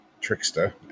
trickster